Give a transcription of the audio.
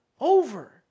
over